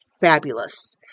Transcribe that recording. fabulous